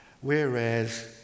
Whereas